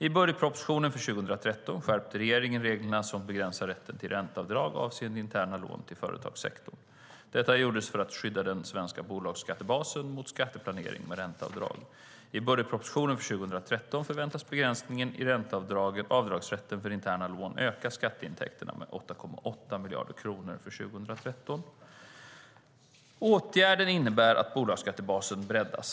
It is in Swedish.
I budgetpropositionen för 2013 skärpte regeringen reglerna som begränsar rätten till ränteavdrag avseende interna lån i företagssektorn. Detta gjordes för att skydda den svenska bolagsskattebasen mot skatteplanering med ränteavdrag. I budgetpropositionen för 2013 förväntas begränsningen i avdragsrätten för interna lån öka skatteintäkterna med 8,8 miljarder kronor 2013. Åtgärden innebär att bolagsskattebasen breddas.